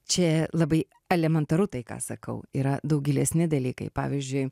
čia labai elementaru tai ką sakau yra daug gilesni dalykai pavyzdžiui